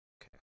Okay